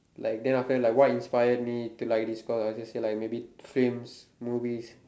like then after that like what inspired me to like this course I will just say like maybe films movies